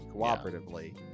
cooperatively